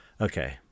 okay